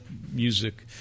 music